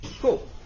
Cool